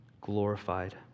glorified